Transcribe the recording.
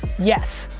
yes,